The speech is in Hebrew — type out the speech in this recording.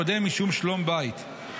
"קודם משום שלום ביתו,